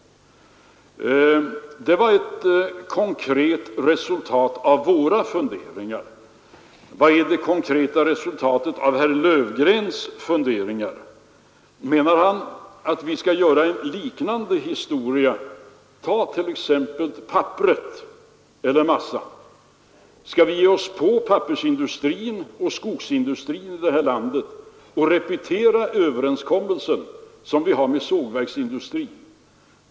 Det var ett konkret resultat av våra funderingar. Vad är det konkreta resultatet av herr Löfgrens funderingar? Menar han att vi skall göra något liknande när det gäller t.ex. papper eller massa? Skall vi ge oss på pappersindustrin och skogsindustrin i landet och repetera den överenskommelse som vi har med sågverksindustrin?